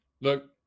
Look